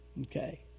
Okay